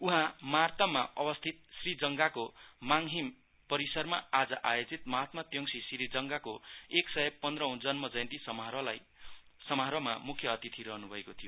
उहाँ मार्ताममा अवस्थित श्रीजङपाको माङहिम परिसरमा आज आयोजित महात्मा त्योङसी श्रीजङ्घा को एक सय पन्द्रौं जयन्ती समारोहमा म्ख्य अतिथि रहन्भएको थियो